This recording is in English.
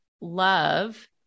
love